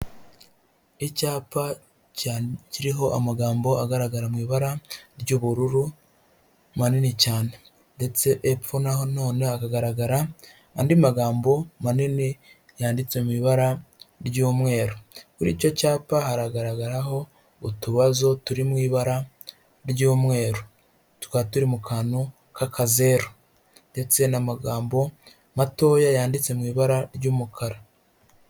Icyapa kiriho amagambo agaragara mu ibara ry'ubururu manini cyane ndetse epfo na none hagaragara andi magambo manini yanditse mu ibara ry'umweru, muri icyo cyapa hagaragaraho utubazo turi mu ibara ry'umweru tukaba turi mu kantu k'akazeru ndetse n'amagambo matoya yanditse mu ibara ry'umukara.